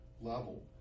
level